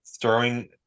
throwing